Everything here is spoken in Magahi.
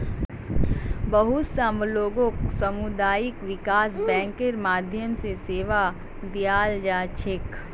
बहुत स लोगक सामुदायिक विकास बैंकेर माध्यम स सेवा दीयाल जा छेक